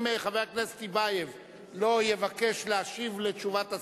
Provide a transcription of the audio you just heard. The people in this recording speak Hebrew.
אם חבר הכנסת טיבייב לא יבקש להשיב על תשובת השר,